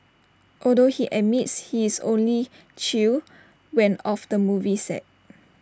although he admits he is only chill when off the movie set